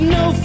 no